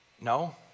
No